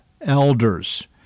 elders